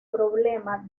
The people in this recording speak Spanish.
problema